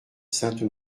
sainte